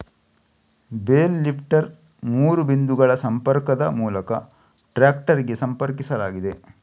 bale lifter ಮೂರು ಬಿಂದುಗಳ ಸಂಪರ್ಕದ ಮೂಲಕ ಟ್ರಾಕ್ಟರಿಗೆ ಸಂಪರ್ಕಿಸಲಾಗಿದೆ